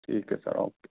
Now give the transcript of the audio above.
ठीक है sir okay